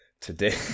Today